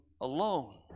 alone